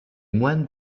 moines